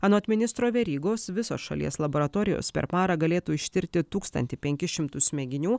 anot ministro verygos visos šalies laboratorijos per parą galėtų ištirti tūkstantį penkis šimtus mėginių